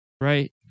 right